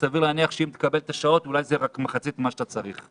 וסביר להניח שאם תקבל את השעות זה יהיה רק מחצית ממה שאתה צריך.